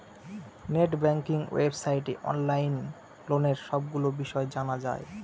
net banking ওয়েবসাইটে online লোনের সবগুলো বিষয় জানা যায়